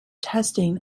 testing